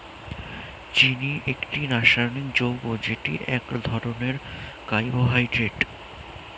চিনি একটি রাসায়নিক যৌগ যেটি এক ধরনের কার্বোহাইড্রেট